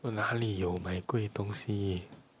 我哪里有卖贵东西